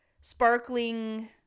sparkling